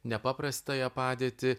nepaprastąją padėtį